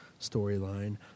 storyline